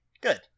Good